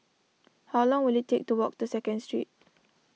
how long will it take to walk to Second Street